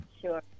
sure